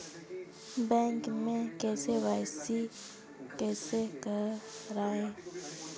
Bank में KYC कैसे करायें?